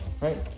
right